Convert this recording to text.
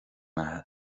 mbeatha